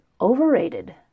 overrated